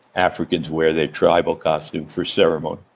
african's wear their tribal costume for ceremony.